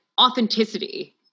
authenticity